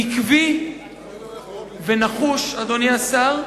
עקבי ונחוש, אדוני השר.